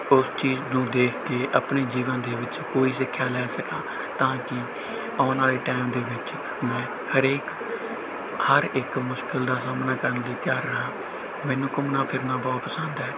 ਉਸ ਚੀਜ਼ ਨੂੰ ਦੇਖ ਕੇ ਆਪਣੇ ਜੀਵਨ ਦੇ ਵਿੱਚ ਕੋਈ ਸਿੱਖਿਆ ਲੈ ਸਕਾਂ ਤਾਂ ਕਿ ਆਉਣ ਵਾਲੇ ਟਾਈਮ ਦੇ ਵਿੱਚ ਮੈਂ ਹਰੇਕ ਹਰ ਇੱਕ ਮੁਸ਼ਕਿਲ ਦਾ ਸਾਹਮਣਾ ਕਰਨ ਲਈ ਤਿਆਰ ਰਹਾਂ ਮੈਨੂੰ ਘੁੰਮਣਾ ਫਿਰਨਾ ਬਹੁਤ ਪਸੰਦ ਹੈ